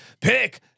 pick